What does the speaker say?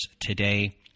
today